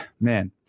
man